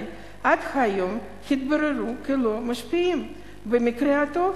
עד היום התבררו כלא משפיעים במקרה הטוב,